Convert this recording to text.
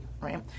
Right